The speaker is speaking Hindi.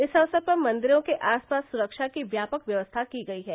इस अवसर पर मंदिरों के आसपास सुरक्षा की व्यापक व्यवस्था की गयी है